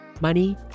money